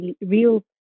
real